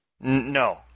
No